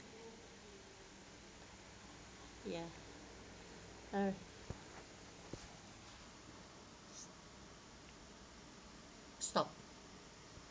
ya uh stop